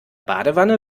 badewanne